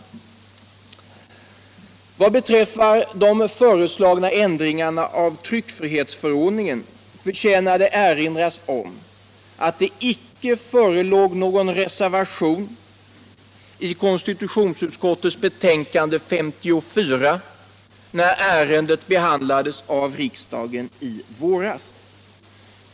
Vad beträffar de föreslagna ändringarna av tryckfrihetsförordningen förtjänar det att erinras om att det inte förelåg någon reservation till konstitutionsutskottets betänkande 1975/76:54, när ärendet behandlades av riksdagen i våras.